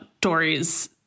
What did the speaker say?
Dory's